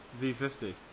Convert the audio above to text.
V50